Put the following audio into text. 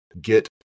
Get